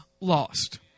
lost